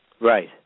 Right